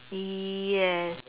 yes